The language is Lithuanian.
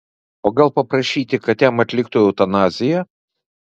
o gal paprašyti kad jam atliktų eutanaziją